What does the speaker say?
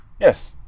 Yes